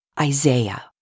Isaiah